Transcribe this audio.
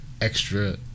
extra